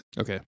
okay